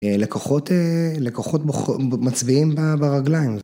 לקוחות אה... לקוחות בוח... מצביעים ברגליים